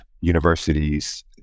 universities